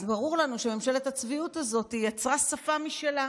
אז ברור לנו שממשלת הצביעות הזאת יצרה שפה משלה,